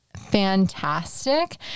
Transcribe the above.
fantastic